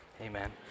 amen